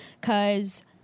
Cause